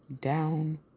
down